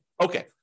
Okay